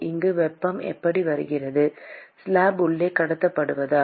இங்கு வெப்பம் எப்படி வருகிறது ஸ்லாப் உள்ளே கடத்தப்படுவதால்